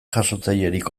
jasotzailerik